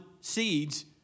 seeds